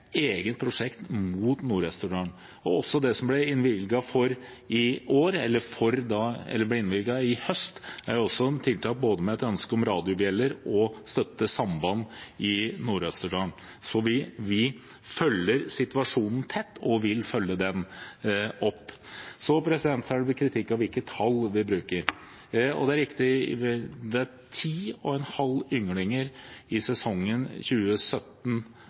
eget prosjekt for Nord-Østerdal. Det som ble innvilget i høst, var ønsker om radiobjeller og støtte til samband i Nord-Østerdal. Så vi følger situasjonen tett og vil følge den opp. Det har vært kritikk av tallene vi bruker. Det var 10,5 ynglinger i sesongen